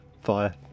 fire